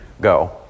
go